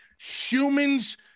humans